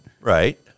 Right